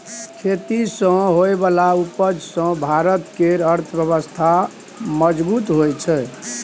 खेती सँ होइ बला उपज सँ भारत केर अर्थव्यवस्था मजगूत होइ छै